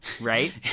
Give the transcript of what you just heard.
Right